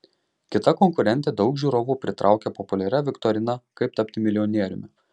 kita konkurentė daug žiūrovų pritraukia populiaria viktorina kaip tapti milijonieriumi